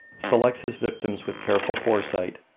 selects his victims with careful foresight,